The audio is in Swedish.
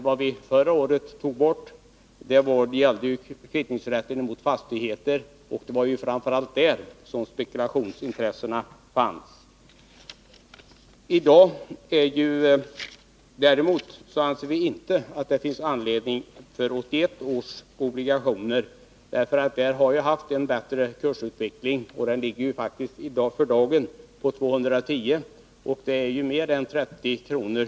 Vad vi förra året tog bort gällde ju rätten att kvitta mot fastigheter, och det var framför allt där som spekulationsintressena fanns. När det gäller 1981 års obligationer anser vi däremot att det i dag inte finns anledning att förlänga kvittningsrätten, för där har vi haft en bättre utveckling. Kursen ligger faktiskt för dagen på 210. Det är mer än 30 kr.